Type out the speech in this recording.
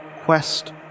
quest